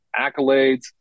accolades